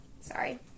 Sorry